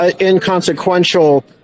inconsequential